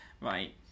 right